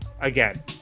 Again